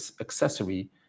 accessory